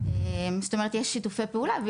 זאת אומרת, יש שיתופי פעולה.